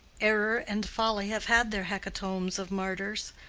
error and folly have had their hecatombs of martyrs.